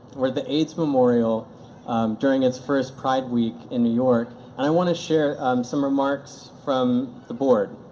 where the aids memorial during its first pride week in new york and i want to share some remarks from the board.